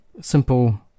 simple